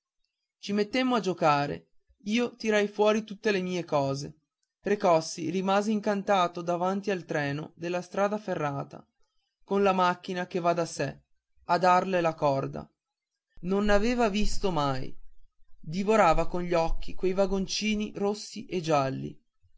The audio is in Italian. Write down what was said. ci mettemmo a giocare io tirai fuori tutte le cose mie precossi rimase incantato davanti al treno della strada ferrata con la macchina che va da sé a darle la corda non n'aveva visto mai divorava con gli occhi quei vagoncini rossi e gialli